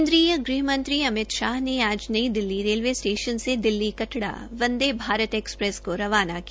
केन्द्रीय गृहमंत्री अमित शाह ने आज नई दिल्ली रेलवे स्टेशन से दिल्ली कटरा वंदे भारत एक्सप्रेस को रवाना किया